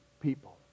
people